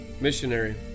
missionary